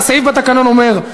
הסעיף בתקנון אומר,